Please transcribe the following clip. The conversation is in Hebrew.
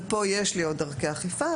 ופה יש לי עוד דרכי אכיפה,